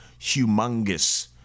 humongous